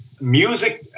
music